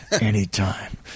Anytime